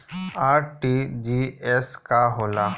RTGS का होला?